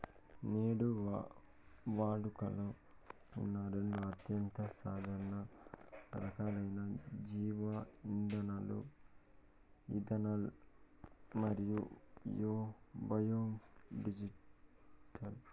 నేడు వాడుకలో ఉన్న రెండు అత్యంత సాధారణ రకాలైన జీవ ఇంధనాలు ఇథనాల్ మరియు బయోడీజిల్